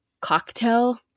cocktail